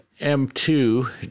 M2